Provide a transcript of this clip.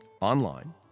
online